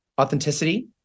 authenticity